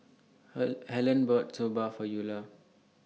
Her Harlen bought Soba For Eula